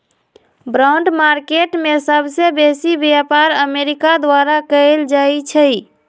bond market में सबसे बेसी व्यापार अमेरिका द्वारा कएल जाइ छइ